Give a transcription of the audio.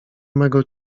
mego